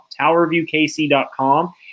TowerViewKC.com